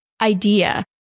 idea